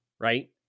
right